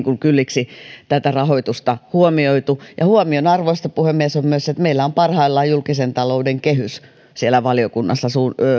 kylliksi rahoitusta huomioitu ja huomionarvoista puhemies on myös se että meillä on parhaillaan julkisen talouden kehys siellä valiokunnassa